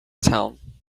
town